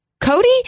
Cody